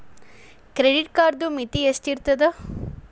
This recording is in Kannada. ಕ್ರೆಡಿಟ್ ಕಾರ್ಡದು ಮಿತಿ ಎಷ್ಟ ಇರ್ತದ?